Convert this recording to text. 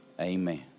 Amen